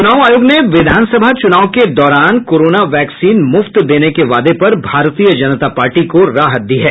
चुनाव आयोग ने विधानसभा चुनाव के दौरान कोरोना वैक्सीन मुफ्त देने के वादे पर भारतीय जनता पार्टी को राहत दी है